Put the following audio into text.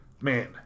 Man